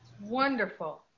Wonderful